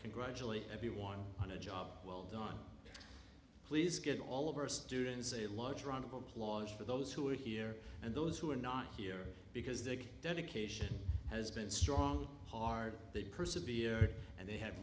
congratulate everyone on a job well done please get all of our students a large round of applause for those who are here and those who are not here because their dedication has been strong hard they persevered and they have